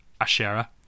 Asherah